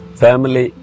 family